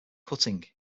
cutting